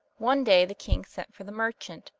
one day the king sent for the merchant,